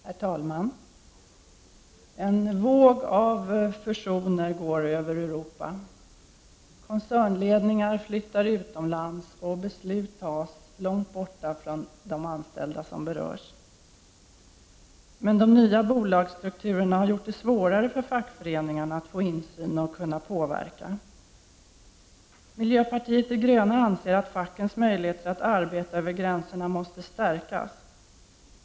Herr talman! En våg av fusioner går genom Europa. Koncernledningar flyttar utomlands, och beslut tas långt ifrån de anställda som berörs. Men de nya bolagsstrukturerna har gjort det svårare för fackföreningarna att få insyn och kunna påverka. Miljöpartiet de gröna anser att fackens möjligheter att arbeta över grän serna måste stärkas.